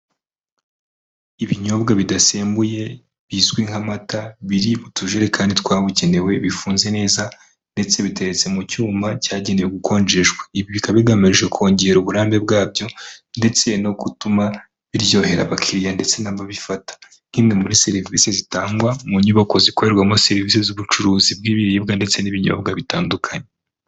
Ibinyobwa bidasembuye bizwi nk'amata, biri mutujerekani twabugenewe, bifunze neza ndetse biteretse mu cyuma cyagenewe gukonjesha, ibi bikaba bigamije kongera uburambe bwabyo ndetse no gutuma biryohera abakiriya ndetse n'ababifata nk'imwe muri serivisi zitangwa mu nyubako zikorerwamo serivisi z'ubucuruzi bw'ibiribwa ndetse n'ibinyobwa bitandukanye.